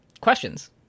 questions